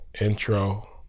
intro